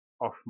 off